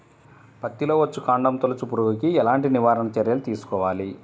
పత్తిలో వచ్చుకాండం తొలుచు పురుగుకి ఎలాంటి నివారణ చర్యలు తీసుకోవాలి?